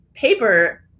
paper